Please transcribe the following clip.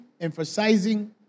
emphasizing